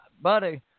buddy –